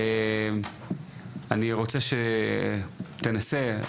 אני רוצה שתנסה,